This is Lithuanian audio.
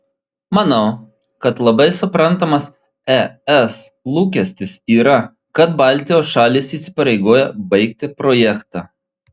manau kad labai suprantamas es lūkestis yra kad baltijos šalys įsipareigoja baigti projektą